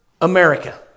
America